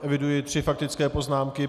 Eviduji tři faktické poznámky.